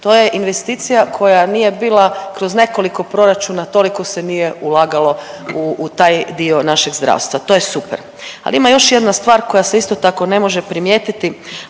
To je investicija koja nije bila kroz nekoliko proračuna toliko se nije ulagalo u taj dio našeg zdravstva, to je super. Ali ima još jedna stvar koja se isto tako ne može primijetiti,